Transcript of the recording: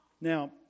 Now